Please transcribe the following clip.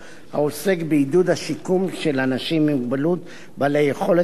העוסק בעידוד השיקום של אנשים עם מוגבלות בעלי יכולות עבודה